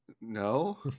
No